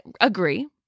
agree